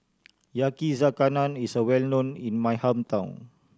yakizakana is well known in my hometown